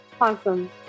Awesome